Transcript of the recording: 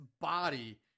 body